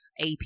ap